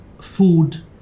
food